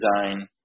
design